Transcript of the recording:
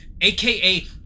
aka